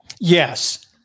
Yes